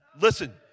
listen